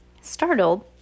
Startled